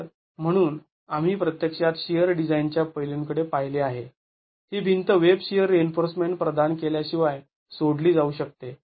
तर म्हणून आम्ही प्रत्यक्षात शिअर डिझाईन च्या पैलूंकडे पाहिले आहे ही भिंत वेब शिअर रिइन्फोर्समेंट प्रदान केल्या शिवाय सोडली जाऊ शकते